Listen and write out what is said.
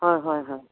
হয় হয় হয়